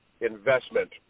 investment